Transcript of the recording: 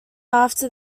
after